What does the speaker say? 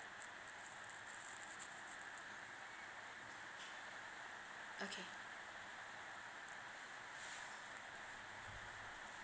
okay